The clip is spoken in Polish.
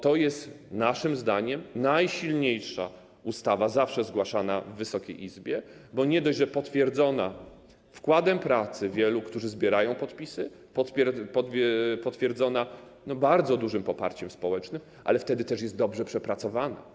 To jest naszym zdaniem najsilniejsza ustawa, od zawsze zgłaszana w Wysokiej Izbie, bo nie dość że potwierdzona wkładem pracy wielu, którzy zbierają podpisy, potwierdzona bardzo dużym poparciem społecznym, to jeszcze dobrze przepracowana.